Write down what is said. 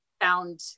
found